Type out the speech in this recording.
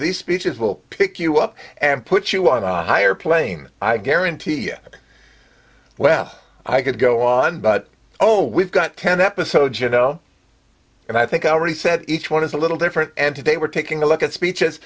these speeches will pick you up and put you on a higher plane i guarantee you well i could go on but oh we've got ten episodes you know and i think i already said each one is a little different and today we're taking a look at speeches